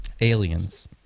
Aliens